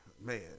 Man